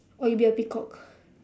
or you be a peacock